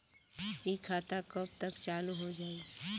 इ खाता कब तक चालू हो जाई?